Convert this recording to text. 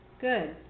good